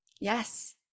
Yes